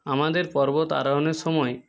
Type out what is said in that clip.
আমাদের পর্বত আরোহণের সময়